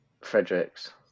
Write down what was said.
Fredericks